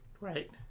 Right